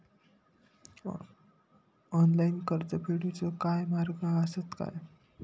Online कर्ज फेडूचे काय मार्ग आसत काय?